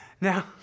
Now